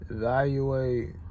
Evaluate